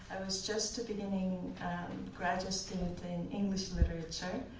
was just a beginning graduate student in english literature.